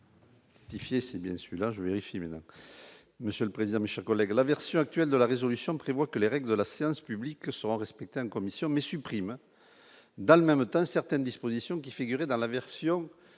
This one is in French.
la version actuelle de la résolution prévoit que les règles de la séance publique sera respectée, une commission mais supprime dans le même temps, certaines dispositions qui figurait dans la version